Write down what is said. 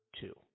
two